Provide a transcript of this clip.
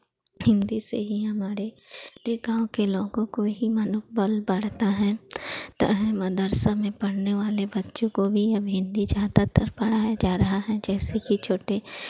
हिन्दी से ही हमारे रे गाँव के लोगों को ही मनोबल बढ़ता है ता है मदरसा में पढ़ने वाले बच्चों को भी अब हिन्दी ज़्यादातर पढ़ाया जा रहा है जैसे कि छोटे